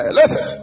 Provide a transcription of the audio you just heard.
Listen